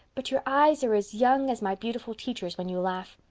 but your eyes are as young as my beautiful teacher's when you laugh.